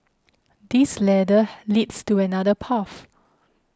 this ladder leads to another path